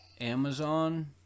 Amazon